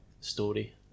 story